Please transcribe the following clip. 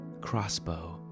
crossbow